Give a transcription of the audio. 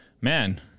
Man